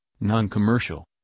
non-commercial